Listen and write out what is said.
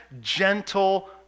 gentle